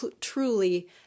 truly